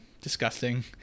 disgusting